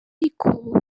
ariko